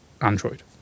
Android